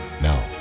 Now